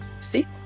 see